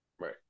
Right